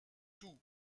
tout